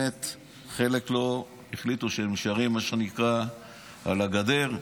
חלק החליטו שהם נשארים על הגדר,